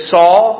Saul